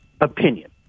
opinion